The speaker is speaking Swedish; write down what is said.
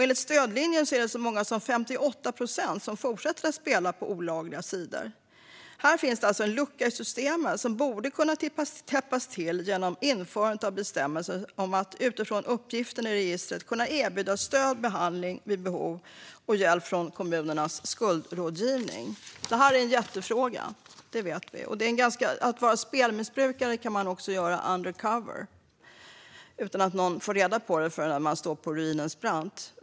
Enligt Stödlinjen är det så många som 58 procent som fortsätter att spela på olagliga sidor. Här finns alltså en lucka i systemet som borde täppas till genom införandet av bestämmelser om att utifrån uppgifterna i registret kunna erbjuda stöd och behandling vid behov samt hjälp från kommunernas skuldrådgivning. Vi vet att det här är en jättefråga. Att vara spelmissbrukare kan man också vara under cover utan att någon får reda på det förrän man står på ruinens brant.